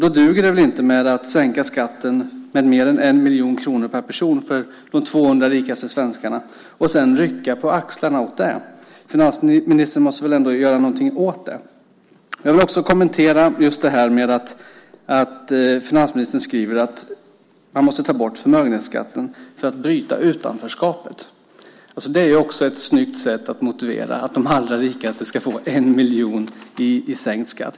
Då duger det inte att sänka skatten med mer än 1 miljon kronor per person för de 200 rikaste svenskarna och sedan rycka på axlarna åt det. Finansministern måste väl ändå göra någonting åt det. Jag vill också kommentera att finansministern skriver att man måste ta bort förmögenhetsskatten för att bryta utanförskapet. Det är just ett snyggt sätt att motivera att de allra rikaste ska få 1 miljon i sänkt skatt!